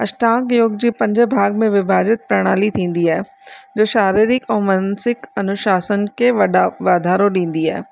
अष्टांग योग जी पंज भाॻ में विभाजित प्रणाली थींदी आहे जो शारीरिक अऊं मानसिक अनुशासन खे वॾा वाधारो ॾींदी आहे